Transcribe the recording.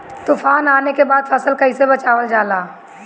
तुफान आने के बाद फसल कैसे बचावल जाला?